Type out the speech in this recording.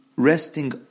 Resting